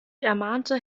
ermahnte